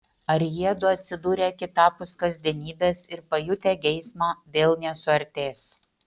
ar jiedu atsidūrę kitapus kasdienybės ir pajutę geismą vėl nesuartės